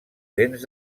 dents